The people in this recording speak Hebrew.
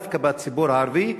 דווקא בציבור הערבי,